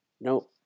no